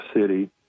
City